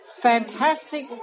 fantastic